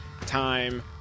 time